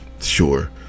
sure